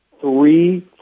three